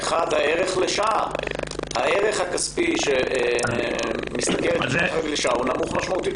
דבר ראשון, הערך הכספי לשעה שהוא נמוך משמעותית.